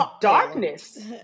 darkness